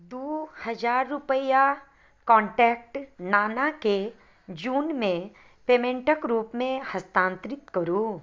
दू हजार रुपैआ कॉन्टैक्ट नानाके जूनमे पेमेन्टक रूपमे हस्तान्तरित करू